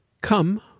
Come